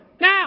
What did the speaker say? now